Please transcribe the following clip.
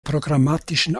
programmatischen